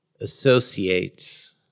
associates